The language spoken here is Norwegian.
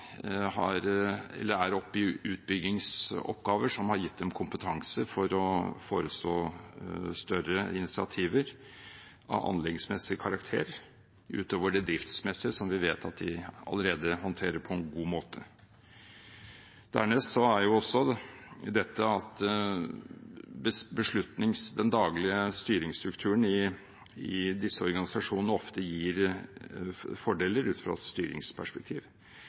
er oppe i utbyggingsoppgaver som har gitt dem kompetanse til å forestå større initiativer av anleggsmessig karakter, utover det driftsmessige, som vi vet at de allerede håndterer på en god måte. Dernest er det også dette med at den daglige styringsstrukturen i disse organisasjonene ofte gir fordeler ut fra et styringsperspektiv.